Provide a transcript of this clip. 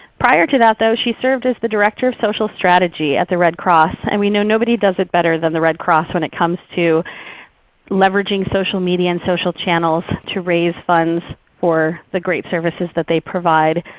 prior to that though, she served as the director of social strategy at the red cross. and we know nobody does it better than the red cross when it comes to leveraging social media and social channels to raise funds for the great services that they provide,